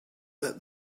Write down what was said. that